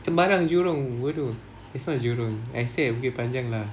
sembarang jurong bodoh it's not jurong I stay at bukit panjang lah